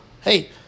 Hey